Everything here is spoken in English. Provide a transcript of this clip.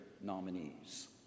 nominees